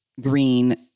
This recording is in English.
green